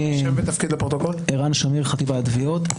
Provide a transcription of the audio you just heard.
ערן שמיר מחטיבת התביעות,